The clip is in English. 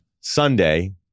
Sunday